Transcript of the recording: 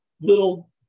little